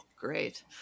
great